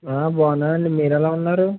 బాగున్నాను అండి మీరు ఎలా ఉన్నారు